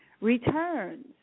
returns